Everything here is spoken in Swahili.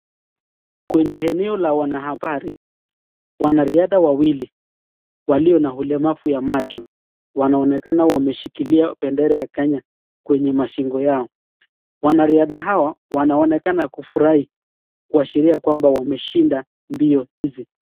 Kwenye eneo la wanahabari, wanariadha wawili walio na ulemavu ya macho wanaonekana wameshikilia bendera ya Kenya kwenye mashingo yao. Wanariadha hao wanaonekana kufurahi kuashiria kwamba wameshinda mbio hizi.